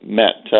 met